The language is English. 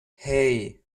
hey